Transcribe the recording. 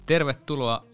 Tervetuloa